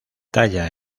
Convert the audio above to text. talla